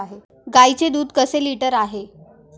गाईचे दूध कसे लिटर आहे?